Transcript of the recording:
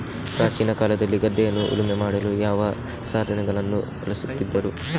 ಪ್ರಾಚೀನ ಕಾಲದಲ್ಲಿ ಗದ್ದೆಯನ್ನು ಉಳುಮೆ ಮಾಡಲು ಯಾವ ಸಾಧನಗಳನ್ನು ಬಳಸುತ್ತಿದ್ದರು?